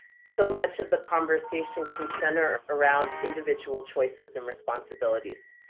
so much of the conversation can center around individual choices and responsibilities.